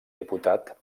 diputat